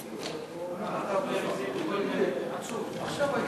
קול עצוב.